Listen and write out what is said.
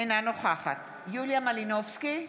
אינה נוכחת יוליה מלינובסקי,